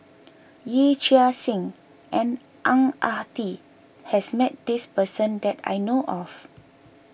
Yee Chia Hsing and Ang Ah Tee has met this person that I know of